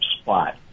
spot